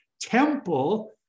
temple